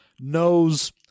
Knows